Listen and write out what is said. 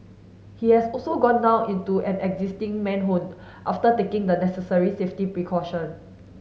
he has also gone down into an existing manhole after taking the necessary safety precaution